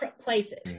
places